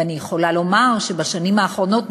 ואני יכולה לומר שבשנים האחרונות,